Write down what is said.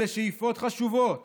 אלה שאיפות חשובות